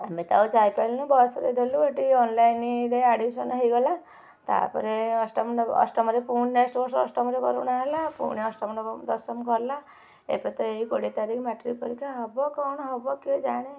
ଆମେ ତ ଆଉ ଯାଇପାରିଲୁନି ବସ୍ରେ ଦେଲୁ ଏଠି ଅନ୍ଲାଇନ୍ରେ ଆଡ଼ମିଶନ୍ ହେଇଗଲା ତା'ପରେ ଅଷ୍ଟମ ନବମ ଅଷ୍ଟମରେ ପୁଣି ନେକ୍ସଟ ବର୍ଷ ଅଷ୍ଟମରେ କରୋନା ହେଲା ପୁଣି ଅଷ୍ଟମ ନବମ ଦଶମ ଗଲା ଏବେ ତ ଏଇ କୋଡ଼ିଏ ତାରିଖ ମାଟ୍ରିକ୍ ପରୀକ୍ଷା ହବ କ'ଣ ହବ କିଏ ଜାଣେ